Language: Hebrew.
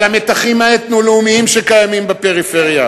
המתחים האתנו-לאומיים שקיימים בפריפריה,